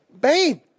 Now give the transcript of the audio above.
Babe